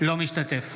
אינו משתתף